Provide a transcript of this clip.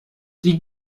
die